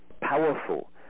powerful